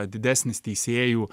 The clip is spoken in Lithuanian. didesnis teisėjų